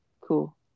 Cool